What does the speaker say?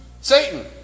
Satan